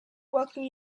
welcome